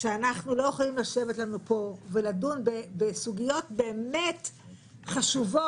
שאנחנו לא יכולים לשבת לנו פה ולדון בסוגיות באמת חשובות,